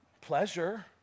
pleasure